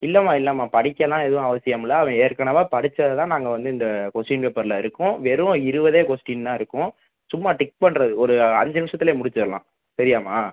இல்லைம்மா இல்லைம்மா படிக்க எல்லாம் எதுவும் அவசியமில்லை அவன் ஏற்கனவே படிச்சதை தான் நாங்கள் வந்து இந்த கொஸ்ஷின் பேப்பரில் இருக்கும் வெறும் இருபதே கொஸ்டின் தான் இருக்கும் சும்மா டிக் பண்ணுறது ஒரு அஞ்சு நிமிஷத்துலயே முடிச்சிடலாம் சரியாம்மா